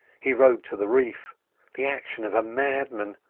he rowed to the reef the action of a madman,